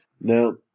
Now